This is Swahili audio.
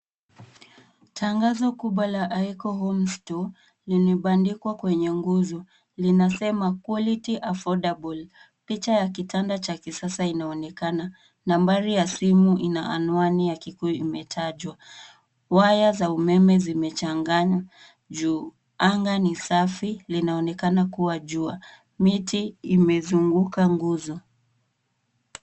Tangazo kubwa la Ekko Homestore limebandikwa kwenye nguzo, linasema quality affordable . Picha ya kitanda cha kisasa inaonekana. Nambari ya simu ina anwani ya Kikuyu imetajwa. Waya za umeme zimechanganywa juu. Anga ni safi, linaonekana kuwa jua. Miti imezunguka nguzo.